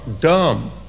dumb